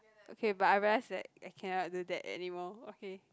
okay but I rest that I cannot do that anymore okay